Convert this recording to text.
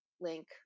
link